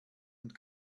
und